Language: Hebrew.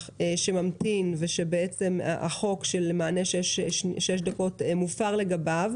שממתין ושהחוק של מענה שש דקות מופר לגביו.